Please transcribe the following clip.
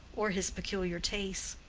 or his peculiar tastes.